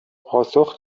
پاسخ